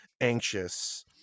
anxious